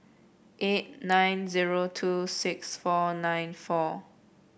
eight nine zero two six four nine four